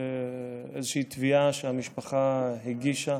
איזושהי תביעה שהמשפחה הגישה.